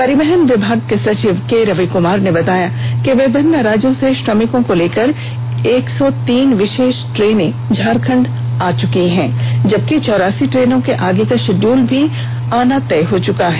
परिवहन विभाग के सचिव के रवि कुमार ने बताया कि विभिन्न राज्यों से श्रमिकों को लेकर एक सौत तीन विशेष ट्रेनें झारखंड आ चुकी है जबकि चौरासी ट्रेनों के आगे का शिडयूल भी तय हो चुका है